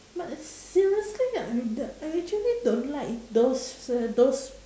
but seriously ah the I actually don't like those uh those